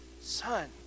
Son